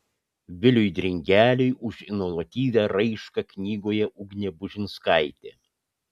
viliui dringeliui už inovatyvią raišką knygoje ugnė bužinskaitė